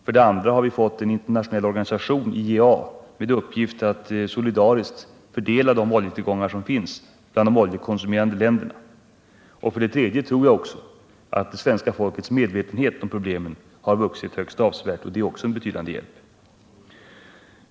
För det andra har vi fått en internationell organisation, IEA, med uppgift att bland de oljekonsumerande länderna solidariskt fördela de oljetillgångar som finns. För det tredje tror jag att det svenska folkets medvetenhet om problemet har vuxit högst avsevärt. Det är också en betydande hjälp.